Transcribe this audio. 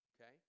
okay